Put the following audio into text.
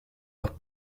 los